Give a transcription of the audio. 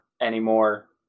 anymore